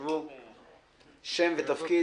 שם ותפקיד,